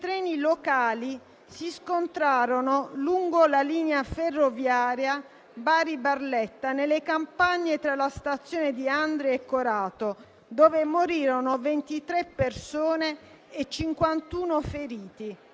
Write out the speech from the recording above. treni locali si scontrarono lungo la linea ferroviaria Bari-Barletta, nelle campagne tra la stazione di Andria e quella di Corato, dove morirono 23 persone e 51 furono